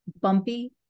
bumpy